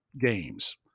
games